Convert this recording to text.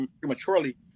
prematurely